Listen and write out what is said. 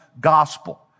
Gospel